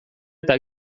eta